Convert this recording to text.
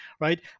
right